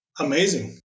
amazing